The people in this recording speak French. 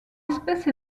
espèce